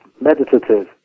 meditative